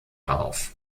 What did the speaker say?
auf